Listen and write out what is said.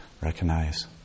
recognize